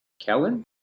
Kellen